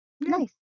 Nice